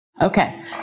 Okay